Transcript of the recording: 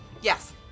Yes